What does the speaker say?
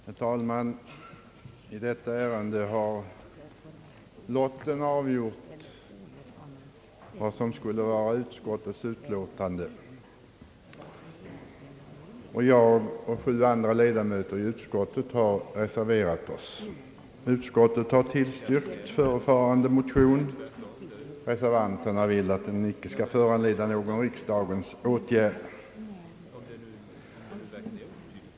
Herr talman! I detta ärende har lotten avgjort vad som skulle vara utskottets utlåtande. Jag och sju andra ledamöter i utskottet har reserverat oss. Utskottet har tillstyrkt förevarande mo tion. Reservanterna vill att den icke skall föranleda någon riksdagens åtgärd.